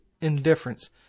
indifference